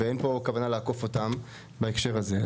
ואין פה כוונה לעקוף אותם בהקשר הזה.